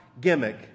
gimmick